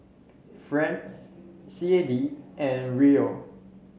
France C A D and Riyal